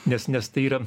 nes nes tai yra